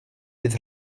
bydd